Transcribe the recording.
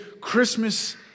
Christmas